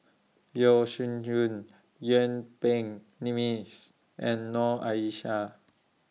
Yeo Shih Yun Yuen Peng and Noor Aishah